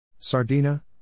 Sardina